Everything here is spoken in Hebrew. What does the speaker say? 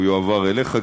הוא יועבר אליך,